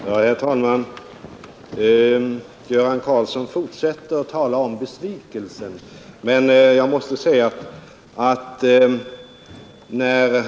Herr talman! Göran Karlsson fortsätter att tala om vår besvikelse, som han också talade om i sin tidningsledare.